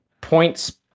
points